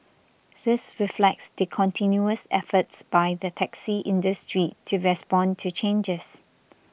this reflects the continuous efforts by the taxi industry to respond to changes